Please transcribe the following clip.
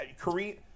Kareem